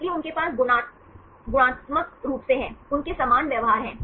इसलिए उनके पास गुणात्मक रूप से है उनके समान व्यवहार है